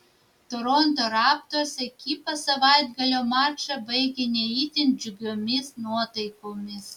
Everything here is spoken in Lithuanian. toronto raptors ekipa savaitgalio mačą baigė ne itin džiugiomis nuotaikomis